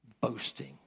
Boasting